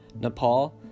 Nepal